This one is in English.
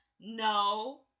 No